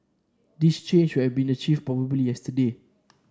this change should have been achieved probably yesterday